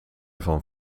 van